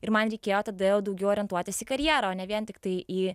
ir man reikėjo tada jau daugiau orientuotis į karjerą o ne vien tiktai į